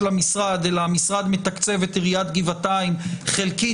המשרד אלא המשרד מתקצב את עיריית גבעתיים חלקית,